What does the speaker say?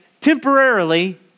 temporarily